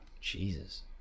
Jesus